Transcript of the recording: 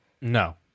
No